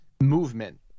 movement